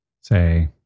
say